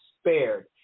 spared